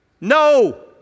No